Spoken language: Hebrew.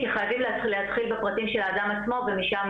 כי חייבים להתחיל בפרטים של האדם עצמו ומשם